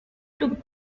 took